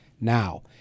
Now